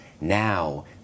Now